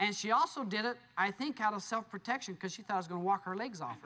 and she also did it i think out of self protection because she thought was going to walk her legs off